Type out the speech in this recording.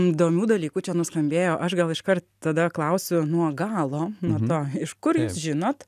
įdomių dalykų čia nuskambėjo aš gal iškart tada klausiu nuo galo nuo to iš kur jūs žinot